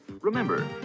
Remember